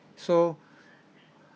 so